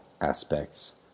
aspects